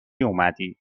اومدی